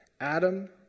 Adam